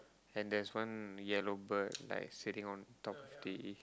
and there is one yellow bird like sitting on top of the